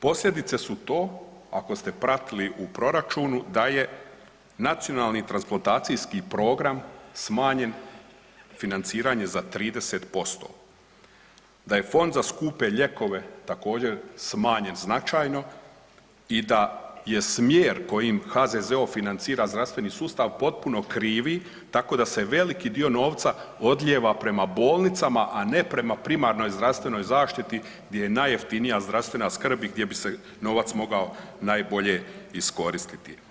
Posljedice su to, ako ste pratili u proračunu, da je Nacionalni transplantacijski program smanjen financiranje za 30%, da je Fond za skupe lijekove također smanjen značajno i da je smjer kojim HZZO financira zdravstveni sustav potpuno krivi, tako da se veliki dio novca odlijeva prema bolnicama, a ne prema primarnoj zdravstvenoj zaštiti gdje je najjeftinija zdravstvena skrb i gdje bi se novac mogao najbolje iskoristiti.